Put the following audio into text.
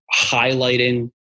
highlighting